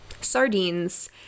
sardines